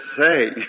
Say